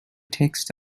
texts